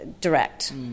direct